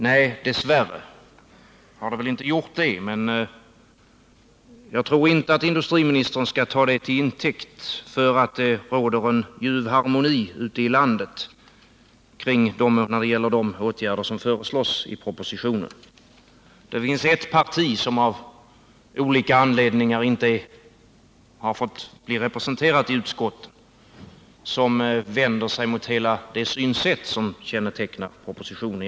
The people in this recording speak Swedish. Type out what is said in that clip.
Nej, dess värre har det väl inte gjort det. Men jag tror inte att industriministern skall ta detta till intäkt för att det råder en ljuv harmoni ute i landet beträffande de åtgärder som föreslås i propositionen. Ett parti, som av olika anledningar inte är representerat i utskottet, vänder sig mot hela det synsätt som kännetecknar propositionen.